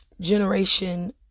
Generation